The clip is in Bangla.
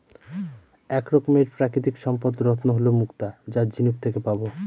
এক রকমের প্রাকৃতিক সম্পদ রত্ন হল মুক্তা যা ঝিনুক থেকে পাবো